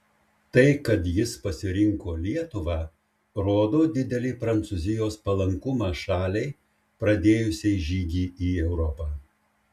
tai kad jis pasirinko lietuvą rodo didelį prancūzijos palankumą šaliai pradėjusiai žygį į europą